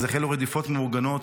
אז החלו רדיפות מאורגנות,